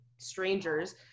strangers